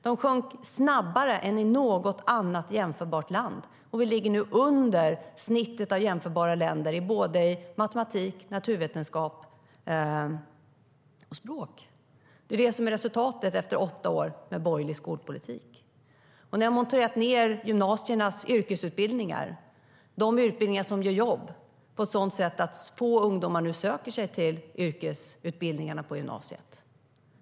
De sjönk snabbare än i något annat jämförbart land, och vi ligger nu under snittet av jämförbara länder i såväl matematik och naturvetenskap som språk. Det är resultatet av åtta år med en borgerlig skolpolitik. Ni har monterat ned gymnasiernas yrkesutbildningar, de utbildningar som ger jobb, på ett sådant sätt att få ungdomar nu söker sig till yrkesutbildningarna på gymnasiet.